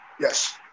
Yes